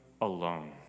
alone